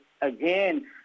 again